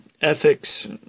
ethics